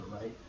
right